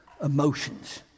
emotions